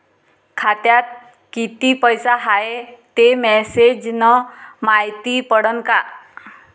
खात्यात किती पैसा हाय ते मेसेज न मायती पडन का?